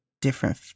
different